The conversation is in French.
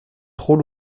trop